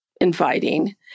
inviting